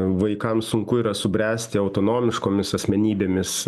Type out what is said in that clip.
vaikams sunku yra subręsti autonomiškomis asmenybėmis